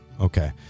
Okay